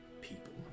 people